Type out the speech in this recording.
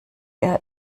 ihr